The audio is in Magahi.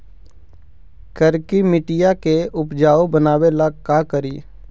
करिकी मिट्टियां के उपजाऊ बनावे ला का करी?